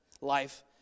life